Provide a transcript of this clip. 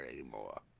anymore